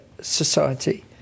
society